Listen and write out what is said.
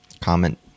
comment